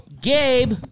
Gabe